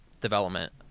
development